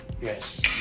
Yes